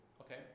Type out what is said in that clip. Okay